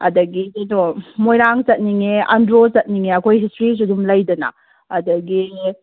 ꯑꯗꯒꯤ ꯀꯩꯅꯣ ꯃꯣꯏꯔꯥꯡ ꯆꯠꯅꯤꯡꯉꯦ ꯑꯟꯗ꯭ꯔꯣ ꯆꯠꯅꯤꯡꯉꯦ ꯑꯩꯈꯣꯏ ꯍꯤꯁꯇ꯭ꯔꯤꯁꯨ ꯑꯗꯨꯝ ꯂꯩꯗꯅ ꯑꯗꯒꯤ